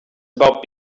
about